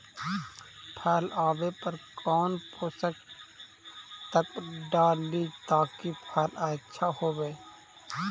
फल आबे पर कौन पोषक तत्ब डाली ताकि फल आछा होबे?